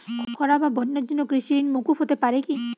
খরা বা বন্যার জন্য কৃষিঋণ মূকুপ হতে পারে কি?